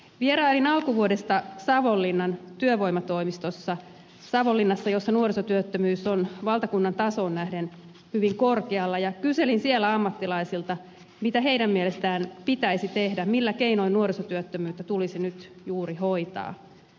vierailin alkuvuodesta savonlinnan työvoimatoimistossa savonlinnassa jossa nuorisotyöttömyys on valtakunnan tasoon nähden hyvin korkealla ja kyselin siellä ammattilaisilta mitä heidän mielestään pitäisi tehdä millä keinoin nuorisotyöttömyyttä tulisi nyt juuri hoitaa